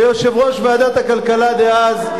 ויושב-ראש ועדת הכלכלה דאז,